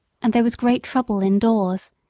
and there was great trouble indoors.